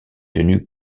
tenue